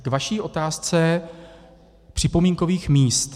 K vaší otázce připomínkových míst.